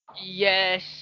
Yes